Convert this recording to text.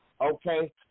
okay